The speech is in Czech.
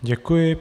Děkuji.